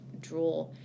draw